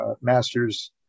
master's